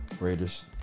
Raiders